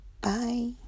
bye